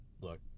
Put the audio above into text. Look